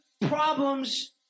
problems